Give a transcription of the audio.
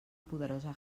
poderosa